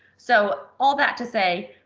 so all that to say,